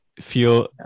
feel